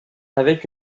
avec